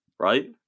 Right